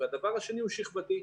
והדבר השני הוא שכבתי.